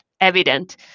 evident